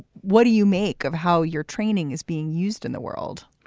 what do you make of how your training is being used in the world?